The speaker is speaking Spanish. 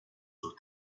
sus